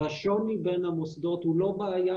השוני בין המוסדות הוא לא בעיה,